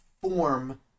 form